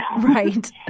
right